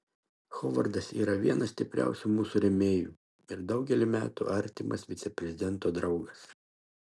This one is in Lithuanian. hovardas yra vienas stipriausių mūsų rėmėjų ir daugelį metų artimas viceprezidento draugas